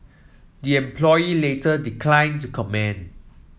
the employee later declined to comment